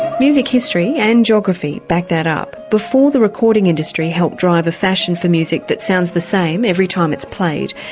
music history and geography back that up before the recording industry helped drive a fashion for music that sounds the same every time it's played.